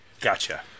gotcha